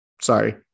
sorry